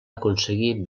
aconseguir